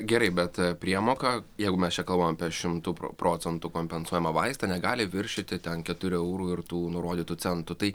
gerai bet priemoka jeigu mes čia kalbam apie šimtu procentų kompensuojamą vaistą negali viršyti ten keturių eurų ir tų nurodytų centų tai